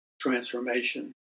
transformation